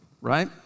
Right